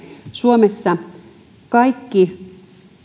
suomessa kaikki